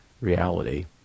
reality